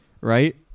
Right